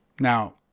Now